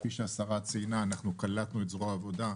כפי שהשרה ציינה, אנחנו קלטנו את זרוע העבודה,